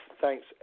Thanks